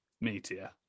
meteor